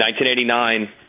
1989